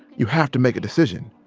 you have to make a decision.